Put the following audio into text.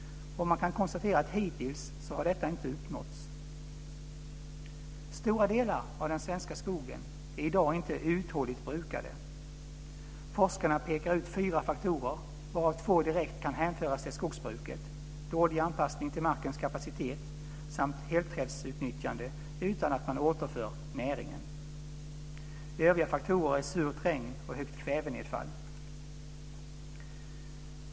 Hittills har detta inte uppnåtts. Stora delar av den svenska skogen är i dag inte uthålligt brukade. Forskarna pekar ut fyra faktorer, varav två direkt kan hänföras till skogsbruket, nämligen dålig anpassning till markens kapacitet samt helträdsutnyttjande utan att man återför näringen. Övriga faktorer är surt regn och högt kvävenedfall.